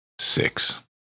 Six